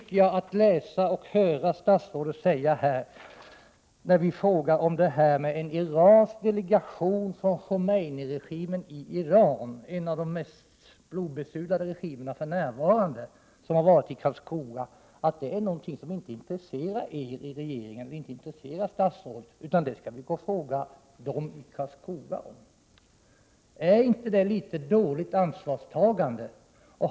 Det är märkligt att höra statsrådets svar på frågan om ett besök i Karlskoga av en iransk delegation från Khomeini-regimen i Iran, en av de mest blodbesudlade regimerna för närvarande. Av svaret framgår att det inte är något som intresserar statsrådet eller regeringen i övrigt, utan det är något som vi skall fråga företaget i Karlskoga om. Är det inte ett dåligt ansvarstagande?